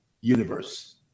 universe